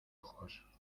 ojos